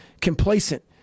complacent